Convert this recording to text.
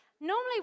Normally